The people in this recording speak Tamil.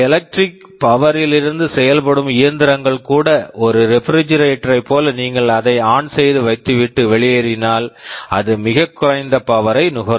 எலக்ட்ரிக் பவர் electric power லிருந்து செயல்படும் இயந்திரங்கள் கூட ஒரு ரெபிரிஜிரேட்டர் refrigerator யைப் போல நீங்கள் அதை ஆன் செய்து வைத்துவிட்டு வெளியேறினால் அது மிகக் குறைந்த பவர் power யை நுகரும்